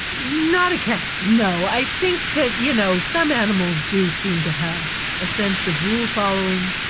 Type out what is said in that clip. not a cat, no. i think that you know, some animals do seem to have a sense of rule-following,